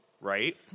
right